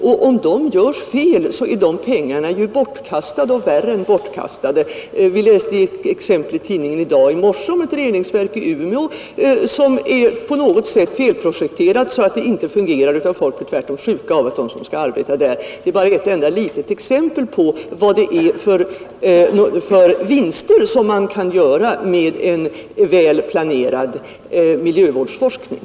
Om de åtgärderna är felaktiga blir dessa pengar bortkastade och värre än bortkastade. Vi läste ett exempel i tidningen i morse om ett reningsverk i Umeå som på något sätt blivit felprojekterat så att det inte fungerar utan de som skall arbeta där blir tvärtom sjuka. Det är bara ett enda litet exempel på vad det är för vinster som man kan göra med en väl planerad miljövårdsforskning.